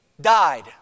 died